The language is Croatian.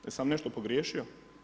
Jesam nešto pogriješio?